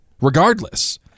regardless